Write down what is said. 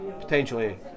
potentially